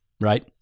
Right